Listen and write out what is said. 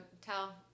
tell